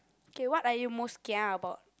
K what are you most kia about